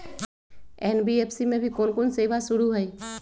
NBFC में अभी कोन कोन सेवा शुरु हई?